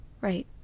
right